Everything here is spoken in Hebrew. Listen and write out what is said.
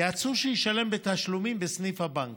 אדוני היושב-ראש,